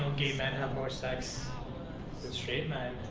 gay men have more sex. then straight men.